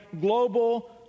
global